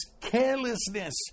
carelessness